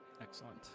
excellent